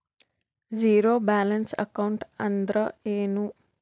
Zero balance account ಅಂದ್ರ ಏನು?